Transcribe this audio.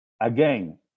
again